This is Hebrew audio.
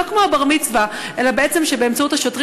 לא כמו הבת-מצווה אלא שבאמצעות השוטרים